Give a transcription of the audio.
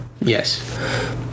Yes